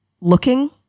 looking